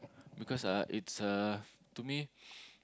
because uh it's uh to me